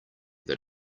that